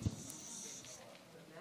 חברות וחברי